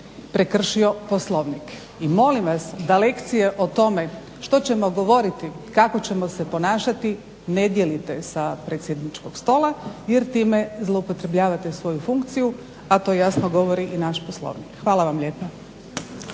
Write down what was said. prekršio Poslovnik. I molim vas da lekcije o tome što ćemo govoriti i kako ćemo se ponašati ne dijelite sa predsjedničkog stola jer time zloupotrebljavate svoju funkciju, a to jasno govori i naš Poslovnik. Hvala vam lijepa.